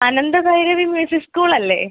Anandabhairavi music school അല്ലേ